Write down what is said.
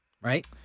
right